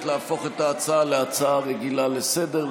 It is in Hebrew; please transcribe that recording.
להפוך את ההצעה להצעה רגילה לסדר-היום,